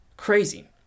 crazy